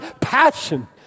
passion